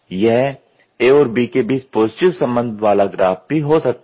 यह A और B के बीच पॉजिटिव संबंध वाला ग्राफ भी हो सकता है